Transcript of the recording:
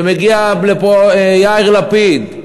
מגיע לפה יאיר לפיד,